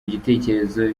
gitekerezo